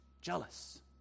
Jealous